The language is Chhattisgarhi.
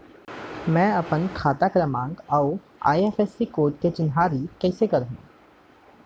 मैं अपन खाता क्रमाँक अऊ आई.एफ.एस.सी कोड के चिन्हारी कइसे करहूँ?